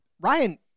Ryan